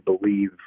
believe